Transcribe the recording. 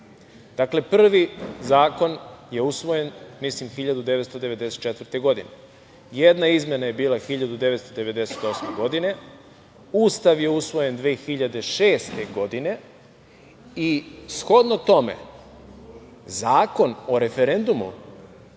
obaveza. Prvi zakon je usvojen 1994. godine. Jedna izmena je bila 1998. godine. Ustav je usvojen 2006. godine i shodno tome Zakon o referendumu